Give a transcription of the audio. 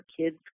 kids